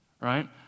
right